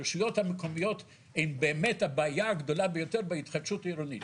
הרשויות המקומיות הן באמת הבעיה הגדולה ביותר בהתחדשות עירונית.